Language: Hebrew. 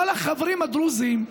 כל החברים הדרוזים,